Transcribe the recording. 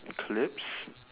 clips